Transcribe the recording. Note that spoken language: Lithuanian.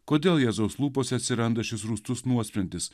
kodėl jėzaus lūpose atsiranda šis rūstus nuosprendis